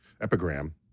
epigram